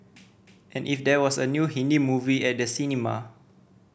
and if there was a new Hindi movie at the cinema